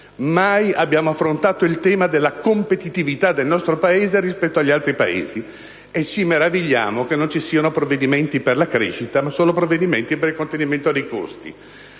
Mai abbiamo affrontato il tema della competitività del nostro Paese rispetto agli altri Paesi, e ci meravigliamo che non ci siano provvedimenti per la crescita, ma solo per il contenimento dei costi.